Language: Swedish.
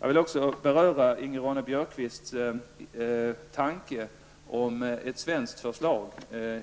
Jag vill också beröra Ingrid Ronne-Björkqvists tanke om ett svenskt förslag